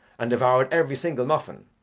and devoured every single muffin.